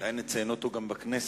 אולי נציין אותו גם בכנסת.